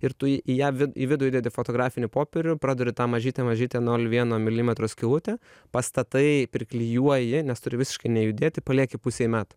ir tu į ją į vidų įdedi fotografinį popierių praduri tą mažytę mažytę nol vieno milimetro skylutę pastatai priklijuoji nes turi visiškai nejudėti palieki pusei metų